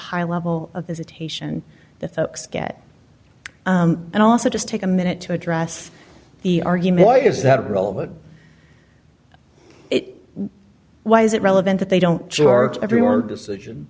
high level of is a taishan the folks get and also just take a minute to address the argument why is that role it why is it relevant that they don't charge everywhere decision